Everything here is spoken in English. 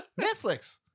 Netflix